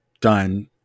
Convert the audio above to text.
done